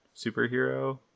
superhero